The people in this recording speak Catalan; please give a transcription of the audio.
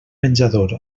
menjador